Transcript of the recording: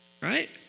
right